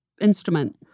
instrument